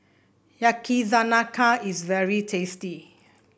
yakizakana is very tasty